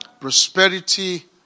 Prosperity